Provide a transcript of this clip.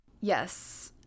yes